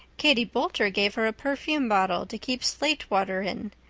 katie boulter gave her a perfume bottle to keep slate water in,